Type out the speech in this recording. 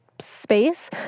Space